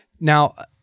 Now